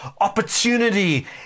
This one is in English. opportunity